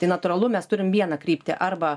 tai natūralu mes turim vieną kryptį arba